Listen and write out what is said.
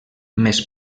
més